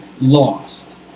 lost